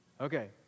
Okay